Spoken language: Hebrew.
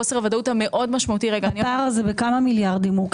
חוסר הוודאות המאוד משמעותי --- בכמה מיליארדים הפער